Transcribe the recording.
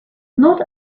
not